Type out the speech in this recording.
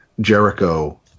Jericho